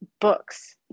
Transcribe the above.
books